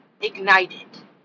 ignited